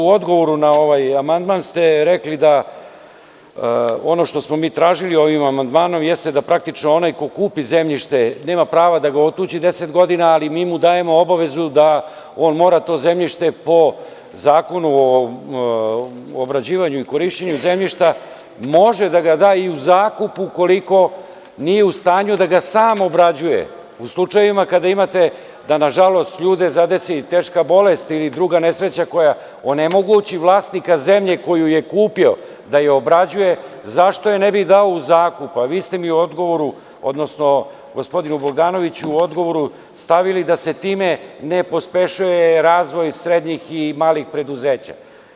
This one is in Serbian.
U odgovoru na ovaj amandman ste rekli da ono što smo mi tražili ovim amandmanom jeste da praktično onaj ko kupi zemljište nema prava da ga otuđi 10 godina, ali mi mu dajemo obavezu da on mora to zemljište po Zakonu o obrađivanju i korišćenju zemljišta može da ga da i u zakup ukoliko nije u stanju da ga sam obrađuje u slučajevima kada imate, da nažalost ljude zadesi teška bolest ili druga nesreća koja onemogući vlasnika zemlje koju je kupio da je obrađuje, zašto je ne bi dao u zakup, a vi ste mi u odgovoru, odnosno gospodinu Bogdanoviću u odgovoru stavili da se time ne pospešuje razvoj srednjih i malih preduzeća.